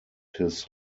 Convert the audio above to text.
his